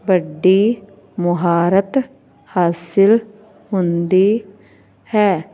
ਵੱਡੀ ਮੁਹਾਰਤ ਹਾਸਿਲ ਹੁੰਦੀ ਹੈ